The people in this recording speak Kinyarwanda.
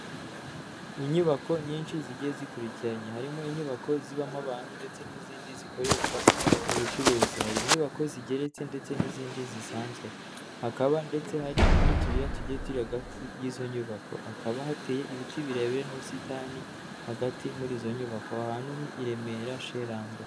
Inyubako nyinshi zigiye zikurikiranye. Harimo inyubako zibamo abantu ndetse n'izindi zikoreshwa mu bucuruzi. Hari inyubako zigeretse ndetse n'izindi zisanzwe. Hakaba ndetse hari n'utuyira tugiye turi hagati y'izo nyubako. Hakaba hateye ibiti birebire n'ubusitani, hagati muri izo nyubako. Aho hantu ni i Remera she Rando.